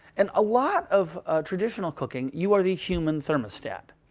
and a lot of traditional cooking, you are the human thermostat,